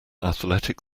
athletic